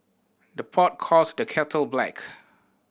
the pot calls the kettle black